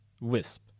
Wisp